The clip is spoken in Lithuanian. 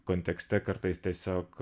kontekste kartais tiesiog